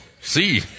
see